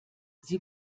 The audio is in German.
sie